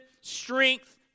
strength